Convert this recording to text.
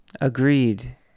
Agreed